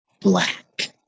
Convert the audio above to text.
black